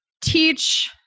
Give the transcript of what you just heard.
teach